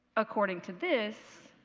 according to this,